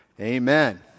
Amen